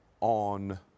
on